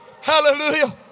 Hallelujah